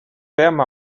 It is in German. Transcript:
wärme